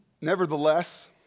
nevertheless